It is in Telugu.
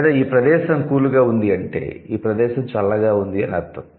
లేదా ఈ ప్రదేశం 'కూల్' గా ఉంది అంటే ఈ ప్రదేశం చల్లగా ఉంది అని అర్ధం